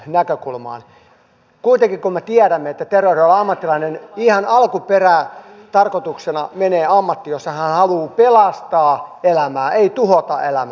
kuitenkin me tiedämme että terveydenhuollon ammattilaisella ihan alun perin tarkoituksena on mennä ammattiin jossa hän haluaa pelastaa elämää ei tuhota elämää